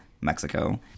Mexico